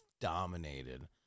dominated